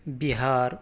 بہار